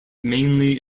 mainly